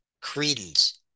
credence